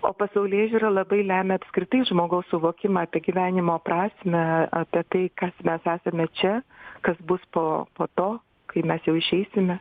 o pasaulėžiūra labai lemia apskritai žmogaus suvokimą apie gyvenimo prasmę apie tai kas mes esame čia kas bus po po to kai mes jau išeisime